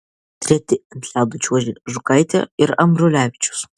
treti ant ledo čiuožė žukaitė ir ambrulevičius